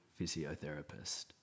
physiotherapist